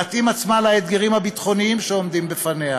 להתאים עצמה לאתגרים הביטחוניים שעומדים בפניה